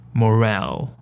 morale